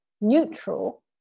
neutral